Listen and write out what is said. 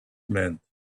meant